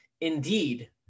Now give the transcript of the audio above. Indeed